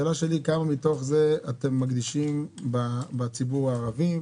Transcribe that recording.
כמה מתוך זה אתם מקדישים בציבור הערבי,